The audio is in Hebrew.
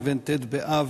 לבין ט' באב,